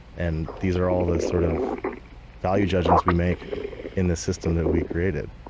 and these are all the sort of value judgments we make in the system that we created.